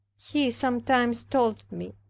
he sometimes told me.